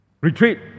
retreat